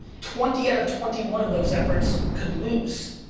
twenty out of twenty one of those efforts could lose,